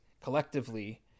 collectively